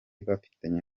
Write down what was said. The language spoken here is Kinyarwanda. bafitanye